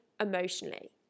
emotionally